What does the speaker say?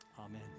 Amen